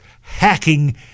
hacking